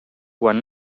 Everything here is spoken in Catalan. quan